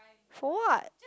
for what